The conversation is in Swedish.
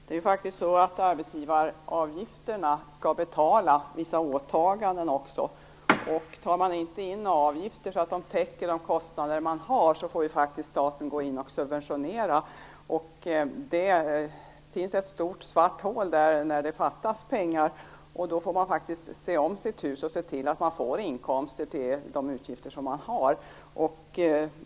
Herr talman! Arbetsgivaravgifterna skall också betala vissa åtaganden. Om man inte tar in avgifter så att de täcker de kostnader man har, får staten gå in och subventionera. Det finns ett stort svart hål där det fattas pengar, och då får man se om sitt hus och se till att man får inkomster till de utgifter som man har.